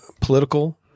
political